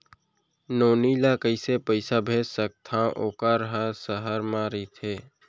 नोनी ल कइसे पइसा भेज सकथव वोकर ह सहर म रइथे?